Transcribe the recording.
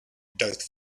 darth